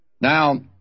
Now